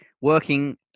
working